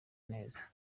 neza